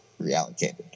reallocated